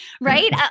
right